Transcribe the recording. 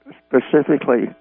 specifically